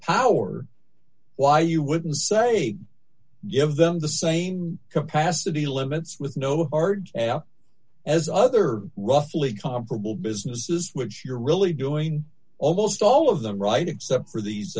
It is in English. power why you wouldn't say give them the same capacity limits with no hard as other roughly comparable businesses which you're really doing almost all of them right except for these